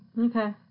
Okay